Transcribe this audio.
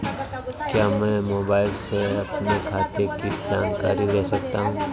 क्या मैं मोबाइल से अपने खाते की जानकारी ले सकता हूँ?